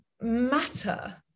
matter